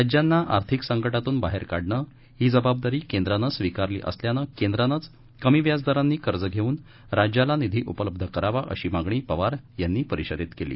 राज्यांना आर्थिक संकटातून बाहेर काढणं ही जबाबदारी केंद्रानं स्वीकारली असल्यानं केंद्रानचं कमी व्याज दरांनी कर्ज घेऊन राज्याला निधी उपलब्ध करावा अशी मागणी पवार यांनी परिषदेत केली